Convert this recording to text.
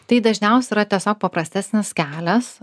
tai dažniausiai yra tiesiog paprastesnis kelias